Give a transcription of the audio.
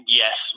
yes